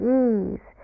ease